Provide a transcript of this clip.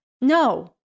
No